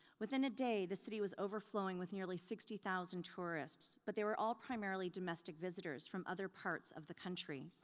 within a day the city was overflowing with nearly sixty thousand tourists but they were all primarily domestic visitors from other parts of the country.